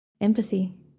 Empathy